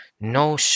no